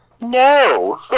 no